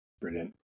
brilliant